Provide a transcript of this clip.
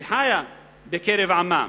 היא חיה בקרב עמה,